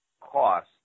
cost